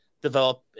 Develop